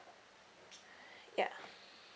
ya